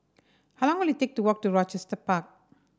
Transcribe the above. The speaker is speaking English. how long will it take to walk to Rochester Park